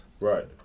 Right